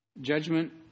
judgment